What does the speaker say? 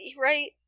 right